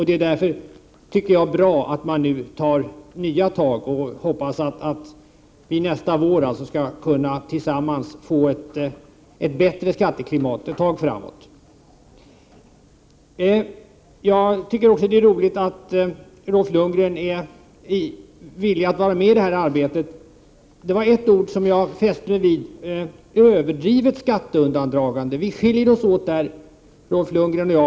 Det är därför bra att man nu tar nya tag. Jag hoppas att vi nästa vår tillsammans skall kunna få Prot. 1988/89:86 ett bättre skatteklimat ett tag framåt. 22 mars 1989 Jag tycker också att det är roligt att Bo Lundgren är villig at ramedii Begränsad avdragsrätt detta arbete. Jag fäste mig dock vid ett ord i hans inlägg: ”överdrivet ">" äs skatteundandragande”. Vi skiljer oss åt där, Bo Lundgren och jag.